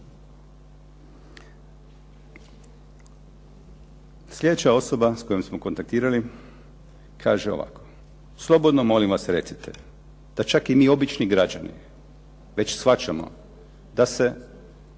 Slijedeća osoba s kojom smo kontaktirali kaže ovako, slobodno molim vas recite da čak i mi obični građani već shvaćamo da se